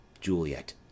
Juliet